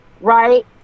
right